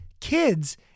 kids